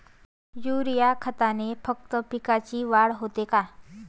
Urea खतानं फक्त पिकाची वाढच होते का?